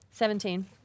Seventeen